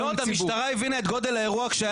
לוד - המשטרה הבינה את גודל האירוע כשהיה צריך,